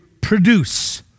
produce